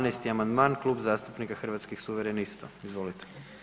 12. amandman, Klub zastupnika Hrvatskih suverenista, izvolite.